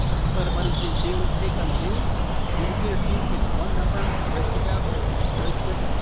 it's planet money's new daily take on the news. the indicator team takes one number and breaks it down for you very quick,